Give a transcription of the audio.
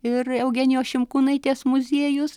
ir eugenijos šimkūnaitės muziejus